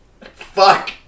Fuck